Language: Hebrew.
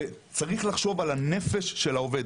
צריך לחשוב על הנפש של העובד.